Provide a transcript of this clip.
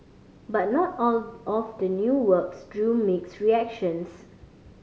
but not all all of the new works drew mixed reactions